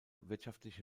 wirtschaftliche